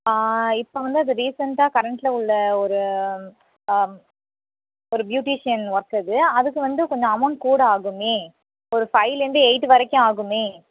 இப்போ வந்து அது ரீசண்டாக கரெண்ட்டில் உள்ள ஒரு ஒரு ப்யூட்டிஷன் ஒர்க் அது அதுக்கு வந்து கொஞ்சம் அமௌண்ட் கூட ஆகுமே ஒரு ஃபைலேருந்து எயிட் வரைக்கும் ஆகுமே